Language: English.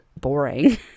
boring